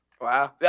wow